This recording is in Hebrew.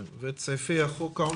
כן, ואת סעיפי חוק העונשין.